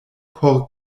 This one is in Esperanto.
por